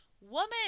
woman